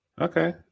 Okay